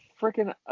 freaking